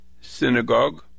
synagogue